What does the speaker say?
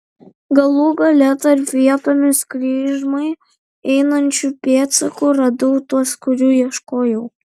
galų gale tarp vietomis kryžmai einančių pėdsakų radau tuos kurių ieškojau